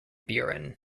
buren